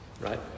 Right